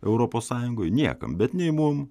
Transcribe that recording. europos sąjungoj niekam bet nei mum